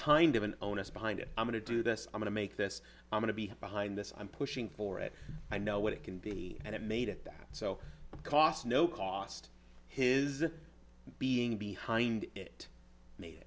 kind of an onus behind it i'm going to do this i'm gonna make this i'm going to be behind this i'm pushing for it i know what it can be and it made it that so cost no cost his being behind it made it